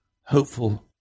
Hopeful